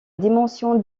dimension